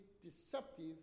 deceptive